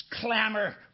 clamor